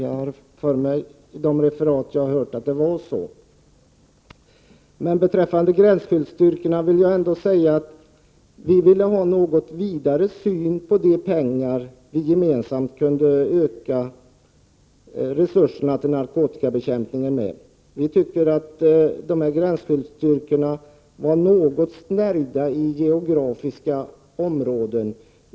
Att döma av de referat som jag har tagit del av tycks det vara så. å Beträffande gränsskyddsstyrkorna vill vi att man har en något vidare syn i fråga om de pengar som vi gemensamt skulle kunna tillföra narkotikabekämpningen. Vi tycker att gränskyddsstyrkorna är så att säga något snärjda i geografiska områden.